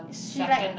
is she like